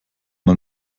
man